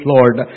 Lord